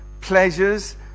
pleasures